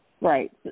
Right